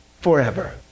forever